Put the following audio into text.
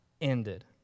ended